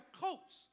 coats